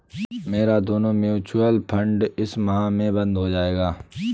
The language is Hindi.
मेरा दोनों म्यूचुअल फंड इस माह में बंद हो जायेगा